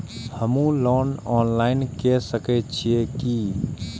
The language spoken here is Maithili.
हमू लोन ऑनलाईन के सके छीये की?